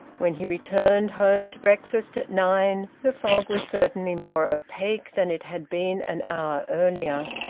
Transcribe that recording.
when he returned home to breakfast at nine the fog was certainly more opaque than it had been an hour earlier.